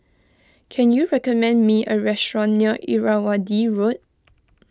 can you recommend me a restaurant near Irrawaddy Road